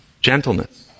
gentleness